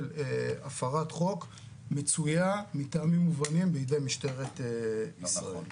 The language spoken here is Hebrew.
הפרת חוק מצויה מטעמים מובנים בידי משטרת ישראל,